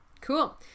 Cool